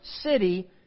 city